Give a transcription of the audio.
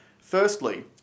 Firstly